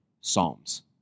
Psalms